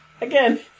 Again